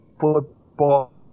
football –